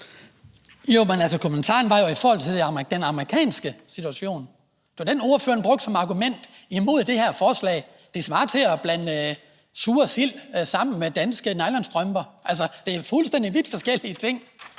(DF): Altså, kommentaren var jo i forhold til den amerikanske situation; det var den, ordføreren brugte som argument imod det her forslag. Det svarer til at blande sure sild sammen med danske nylonstrømper. Altså, der er tale om to vidt forskellige ting.